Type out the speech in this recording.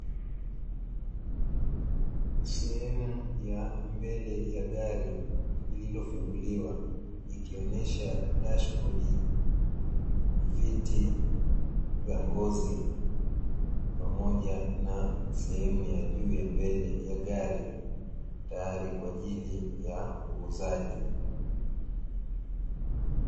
Sehemu ya mbele ya gari lililofunguliwa ikionyesha dashibodi, viti vya ngozi pamoja na sehemu ya juu ya mbele ya gari tayari kwa ajili ya uuzaji.